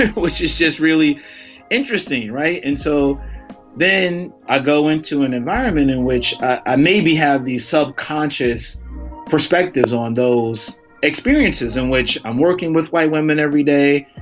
which is just really interesting. right. and so then i go into an environment in which i maybe have these subconscious perspectives on those experiences in which i'm working with white women every day,